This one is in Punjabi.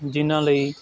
ਜਿਹਨਾਂ ਲਈ